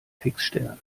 fixstern